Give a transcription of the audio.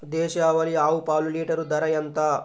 దేశవాలీ ఆవు పాలు లీటరు ధర ఎంత?